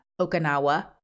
Okinawa